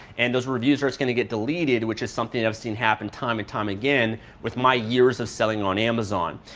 and those reviews are just going to get deleted which is something i've seen happen time and time again with my years of selling on amazon.